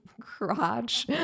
crotch